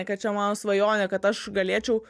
kad čia mano svajonė kad aš galėčiau